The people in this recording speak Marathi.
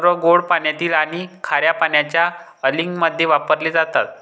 सर्व गोड पाण्यातील आणि खार्या पाण्याच्या अँलिंगमध्ये वापरले जातात